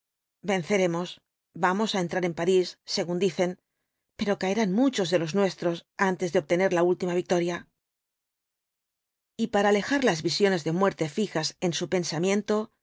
venceremos vamos á entrar en parís según dicen pero caerán muchos de los nuestros antes de obtener la última victoria y para alejar las visiones de muerte fijas en su pensamiento